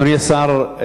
אדוני השר,